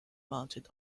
mounted